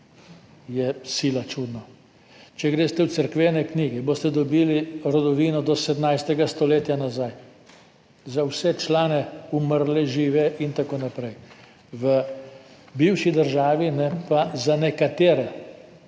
je sila čudno. Če greste v cerkvene knjige, boste dobili rodovino do 17. stoletja nazaj za vse člane, umrle, žive in tako naprej, v bivši državi pa za nekatere